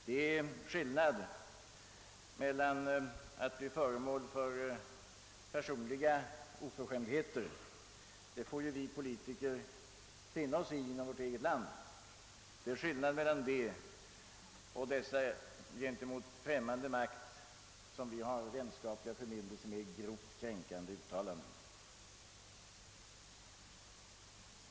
Det är skillnad mellan att bli föremål för personliga oförskämdheter — det får ju vi politiker finna oss i inom vårt eget land — och dessa för främmande makt, som vi har vänskapliga förbindelser med, grovt kränkande uttalanden.